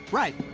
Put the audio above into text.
right.